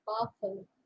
powerful